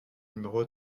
numéro